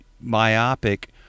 myopic